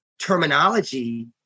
terminology